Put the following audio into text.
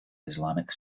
islamic